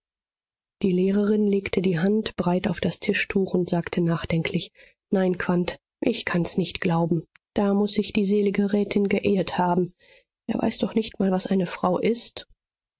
die lehrerin legte die hand breit auf das tischtuch und sagte nachdrücklich nein quandt ich kann's nicht glauben da muß sich die selige rätin geirrt haben er weiß doch nicht mal was eine frau ist